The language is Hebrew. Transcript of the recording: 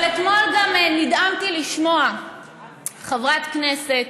אבל אתמול נדהמתי לשמוע חברת כנסת